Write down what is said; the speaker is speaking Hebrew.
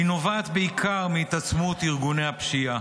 היא נובעת בעיקר מהתעצמות ארגוני הפשיעה,